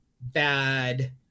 bad